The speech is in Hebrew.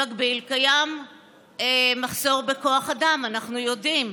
במקביל קיים מחסור בכוח אדם, אנחנו יודעים.